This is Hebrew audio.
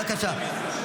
בבקשה.